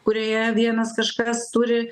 kurioje vienas kažkas turi